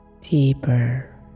Deeper